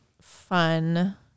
fun